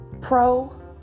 pro